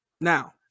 Now